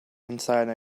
inside